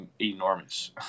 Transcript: enormous